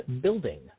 Building